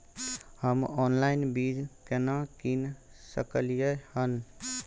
हम ऑनलाइन बीज केना कीन सकलियै हन?